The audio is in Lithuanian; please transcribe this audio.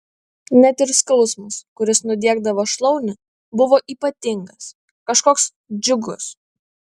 net ir skausmas kuris nudiegdavo šlaunį buvo ypatingas kažkoks džiugus